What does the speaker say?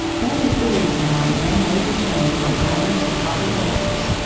that is the reason why man made the change from iron to copper wires,